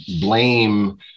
blame